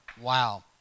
Wow